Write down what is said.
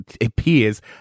appears